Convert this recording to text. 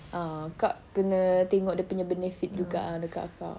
a'ah kak kena tengok dia punya benefit juga ah dekat kakak